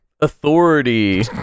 authority